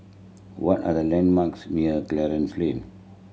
what are the landmarks near Clarence Lane